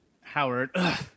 Howard